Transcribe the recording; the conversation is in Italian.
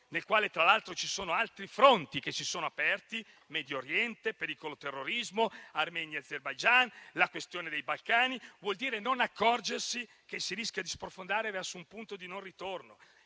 nel quale, tra l'altro, si sono aperti altri fronti (Medio Oriente, pericolo terrorismo, Armenia e Azerbaigian, la questione dei Balcani), vuol dire non accorgersi che si rischia di sprofondare verso un punto di non ritorno.